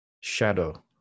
shadow